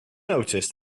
notice